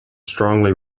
strongly